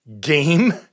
game